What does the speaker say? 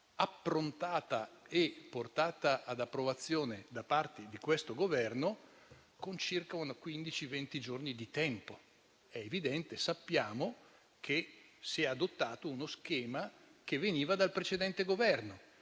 approntata e portata ad approvazione da parte di questo Governo in quindici-venti giorni di tempo. È evidente che si è adottato uno schema che veniva dal precedente Governo.